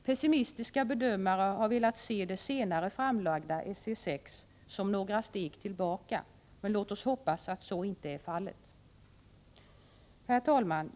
Pessimistiska bedömare har velat se det senare framlagda SC6 som några steg tillbaka, men låt oss hoppas att så inte är fallet. Herr talman!